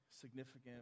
significant